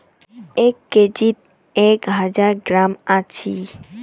এক কেজিত এক হাজার গ্রাম আছি